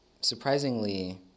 surprisingly